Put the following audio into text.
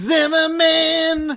Zimmerman